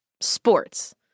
sports